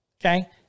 okay